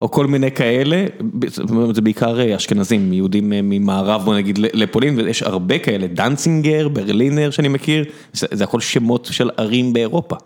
או כל מיני כאלה, בעיקר אשכנזים, יהודים ממערב, נגיד לפולין, ויש הרבה כאלה, דאנצינגר, ברלינר שאני מכיר, זה הכל שמות של ערים באירופה.